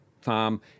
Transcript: farm